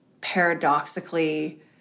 paradoxically